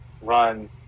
run